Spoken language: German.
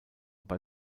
bei